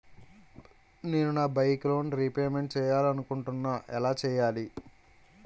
నేను నా bike loan repayment చేయాలనుకుంటున్నా ఎలా చేయాలి?